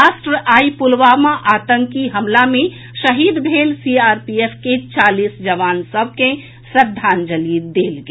राष्ट्र आई पुलवामा आतंकी हमला मे शहीद भेल सीआरपीएफ के चालीस जवान सभ के श्रद्धांजलि देल गेल